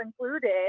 included